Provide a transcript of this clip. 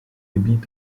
gebiet